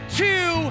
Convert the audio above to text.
two